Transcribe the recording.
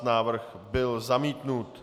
Návrh byl zamítnut.